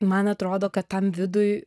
man atrodo kad tam vidui